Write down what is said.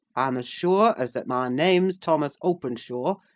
i am as sure as that my name's thomas openshaw,